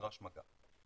נדרש מגע.